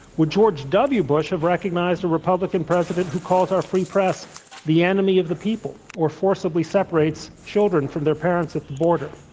would george w. bush have recognized a republican president who calls our free press the enemy of the people, or forcibly separates children from their parents at the border?